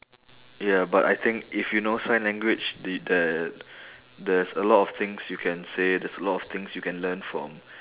ya but I think if you know sign language the ther~ there's a lot of things you can say there's a lot of things you can learn from